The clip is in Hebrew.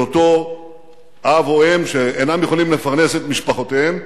של אותו אב או אם שאינם יכולים לפרנס את משפחותיהם.